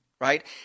right